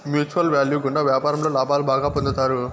future value గుండా వ్యాపారంలో లాభాలు బాగా పొందుతారు